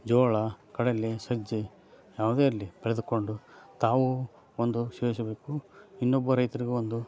ಜೋಳ ಕಡಲೆ ಸಜ್ಜೆ ಯಾವುದೇ ಇರಲಿ ಪಡೆದುಕೊಂಡು ತಾವು ಒಂದು ಬೇಕು ಇನ್ನೊಬ್ಬ ರೈತರಿಗೂ ಒಂದು